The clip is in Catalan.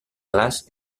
glaç